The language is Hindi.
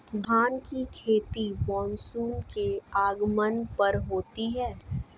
धान की खेती मानसून के आगमन पर होती है